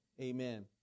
Amen